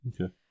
Okay